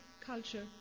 culture